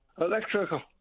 Electrical